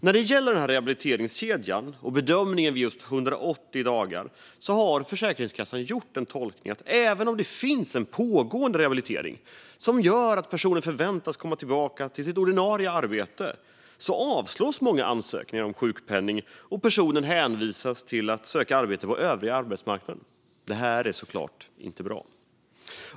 När det gäller rehabiliteringskedjan och bedömningen vid just 180 dagar har Försäkringskassan gjort en tolkning; även om det finns en pågående rehabilitering som förväntas leda till att personen kan komma tillbaka till sitt ordinarie arbete avslås många ansökningar om sjukpenning. Personen hänvisas då till att söka arbete på övriga arbetsmarknaden. Det är såklart inte bra.